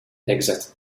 exact